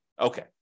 Okay